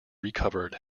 recovered